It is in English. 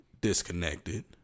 disconnected